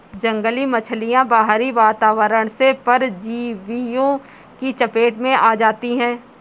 जंगली मछलियाँ बाहरी वातावरण से परजीवियों की चपेट में आ जाती हैं